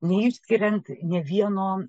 neišskiriant nė vieno